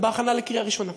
זה בהכנה לקריאה ראשונה.